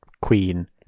Queen